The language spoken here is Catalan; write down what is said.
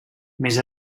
més